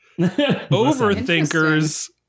overthinkers